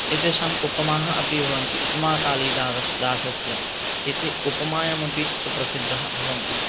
एतेषाम् उपमाः अपि भवन्ति उपमाकालिदा दासस्य एते उपमायामपि सुप्रसिद्धः भवन्ति